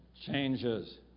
changes